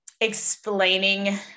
explaining